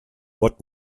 vot